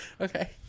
Okay